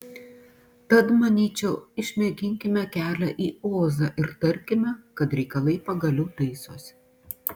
tad manyčiau išmėginkime kelią į ozą ir tarkime kad reikalai pagaliau taisosi